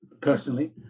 personally